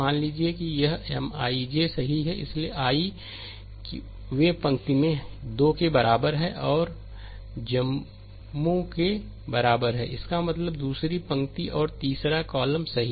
मान लीजिए कि यह M I j सही है इसलिए यह I वें पंक्ति है मैं 2 के बराबर है और जम्मू 2 के बराबर है इसका मतलब है दूसरी पंक्ति और तीसरा कॉलम सही